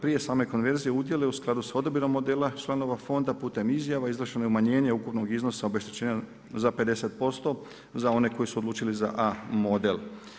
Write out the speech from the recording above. Prije same konverzije u udjele u skladu sa odabirom modela članova Fonda putem izjava izvršeno je umanjenje ukupnog iznosa obeštećenja za 50% za one koji su se odlučili za A model.